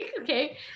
Okay